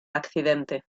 accidente